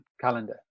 calendar